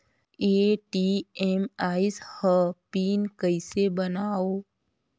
ATM आइस ह pin कइसे बनाओ?